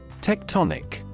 Tectonic